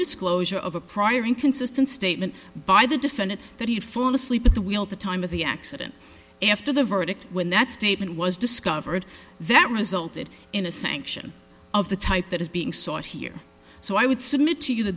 disclosure of a prior inconsistent statement by the defendant that he had fallen asleep at the wheel at the time of the accident after the verdict when that statement was discovered that resulted in a sanction of the type that is being sought here so i would submit to